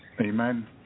Amen